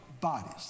bodies